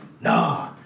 nah